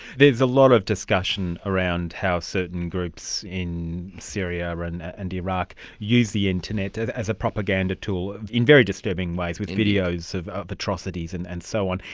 there's a lot of discussion around how certain groups in syria and iraq use the internet as as a propaganda tool, in very disturbing ways, with videos of ah atrocities and and so on.